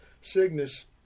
Cygnus